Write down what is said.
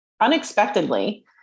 unexpectedly